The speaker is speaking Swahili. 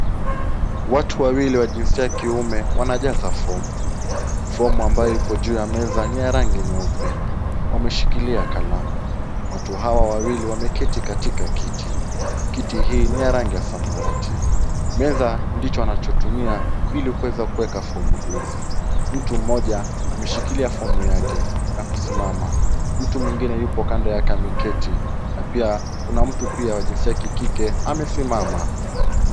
Watu wawili wa jinsia ya kiume wanajaza fomu ,fomu ambayo ipo juu ya meza ni ya rangi nyeupe ,wameshikilia kalamu ,watu hawa wawili wameketi katika kiti ,kiti hii ni ya rangi ya samawati ,meza ndicho wanachotumia ili kuweza kuweka fomu hizi ,mtu mmoja ameshikilia fomu yake na kusimama, mtu mwingine yupo Kando yake ameketi ,na pia Kuna mtu wa kijinsia ya kikike amesimama .